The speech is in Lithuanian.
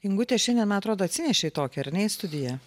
ingute šiandien atrodo atsinešei tokį ar nei į studiją